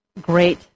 Great